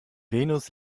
venus